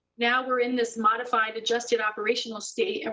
now we are in this modified adjusted operational state, and